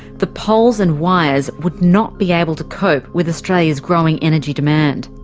the poles and wires would not be able to cope with australia's growing energy demand.